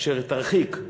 אשר תרחיק,